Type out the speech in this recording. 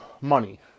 money